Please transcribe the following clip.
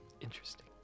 Interesting